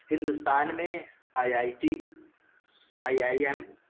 ہندوستان میں I I T I I M